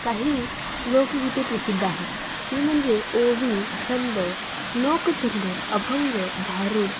काही लोकगीते प्रसिद्ध आहेत ती म्हणजे ओवी छंद लोकछंद अभंग भारुड